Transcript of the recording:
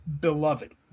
beloved